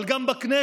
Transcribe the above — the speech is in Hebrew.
אבל גם בכנסת,